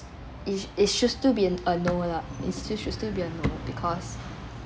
it it should still be a no lah it should still to be a no because